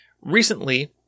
recently